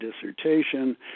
dissertation